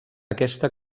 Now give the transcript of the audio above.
aquesta